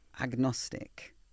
agnostic